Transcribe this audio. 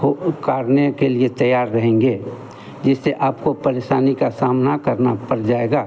हो करने के लिए तैयार रहेंगे जिससे आपको परेशानी का सामना करना पड़ जाएगा